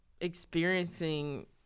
experiencing